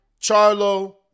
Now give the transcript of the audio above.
Charlo